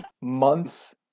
months